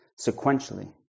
sequentially